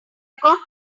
got